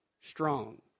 strong